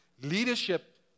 leadership